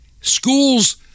Schools